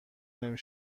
نمی